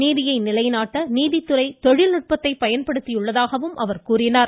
நீதியை நிலைநாட்ட நீதித்துறை தொழில்நுட்பத்தை பயன்படுத்தியிருப்பதாகவும் அவர் கூறினார்